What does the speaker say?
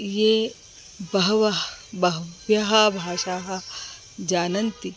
ये बह्व्यः बह्व्यः भाषाः जानन्ति